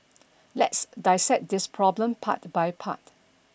let's dissect this problem part by part